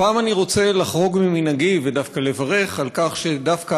הפעם אני רוצה לחרוג ממנהגי ודווקא לברך על כך שדווקא